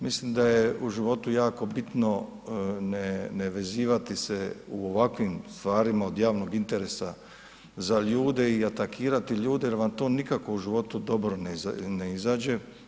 Mislim da je u životu jako bitno ne vezivati se u ovakvim stvarima od javnog interesa za ljude i atakirati ljude jer vam to nikako u životu dobro ne izađe.